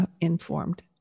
informed